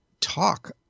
talk